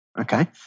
okay